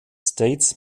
states